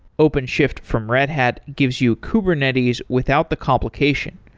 openshift from red hat gives you kubernetes without the complication.